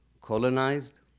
colonized